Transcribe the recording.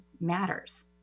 matters